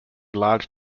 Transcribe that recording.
large